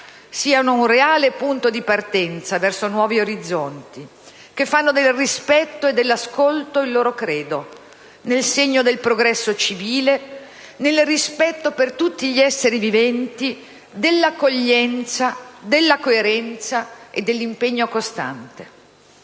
siano un reale punto di partenza verso nuovi orizzonti, che fanno del rispetto e dell'ascolto il loro credo, nel segno del progresso civile, nel rispetto per tutti gli esseri viventi, dell'accoglienza, della coerenza e dell'impegno costante.